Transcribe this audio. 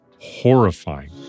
horrifying